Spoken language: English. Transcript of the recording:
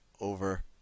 over